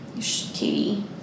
Katie